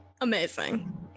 Amazing